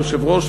היושב-ראש,